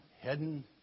heading